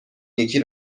یکی